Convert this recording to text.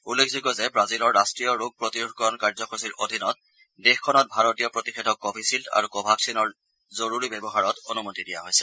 উল্লেখযোগ্য যে ব্ৰাজিলৰ ৰাষ্ট্ৰীয় ৰোগ প্ৰতিৰোধকৰণ কাৰ্যসূচীৰ অধীনত দেশখনত ভাৰতীয় প্ৰতিষেধক কভিশ্বিল্ড আৰু কভাক্সিনৰ জৰুৰী ব্যৱহাৰত অনুমতি দিয়া হৈছে